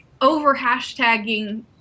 over-hashtagging